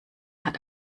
hat